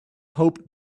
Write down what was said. hoped